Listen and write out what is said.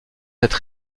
cette